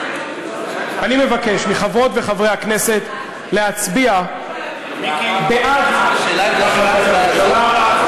אני מבקש מחברות ומחברי הכנסת להצביע בעד החלטת הממשלה.